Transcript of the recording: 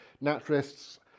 naturalists